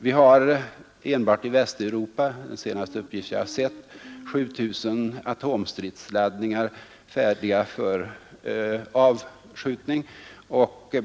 Vi har enbart i Västeuropa enligt den senaste uppgift jag sett 7 000 atomstridsladdningar färdiga för avskjutning.